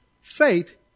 Faith